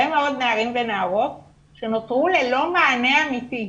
מאוד נערים ונערות שנותרו ללא מענה אמיתי.